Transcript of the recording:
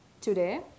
today